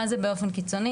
מה זה "באופן קיצוני"?